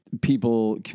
people